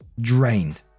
drained